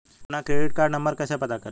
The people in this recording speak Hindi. अपना क्रेडिट कार्ड नंबर कैसे पता करें?